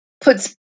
puts